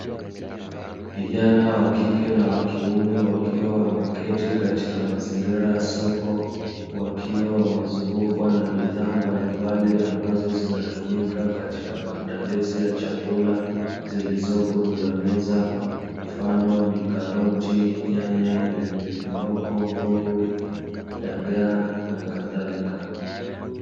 Kijana wa kike na wakiume wakiwa wameketi katika mazingira ya soko wakiwa wamezungukwa na bidhaa mbalimbali ambazo zinatumika katika maandalizi ya chakula zilizopo juu ya meza mfano ni karoti, nyanya, pilipili hoho, ngogwe, dagaa na kadhalika.